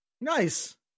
Nice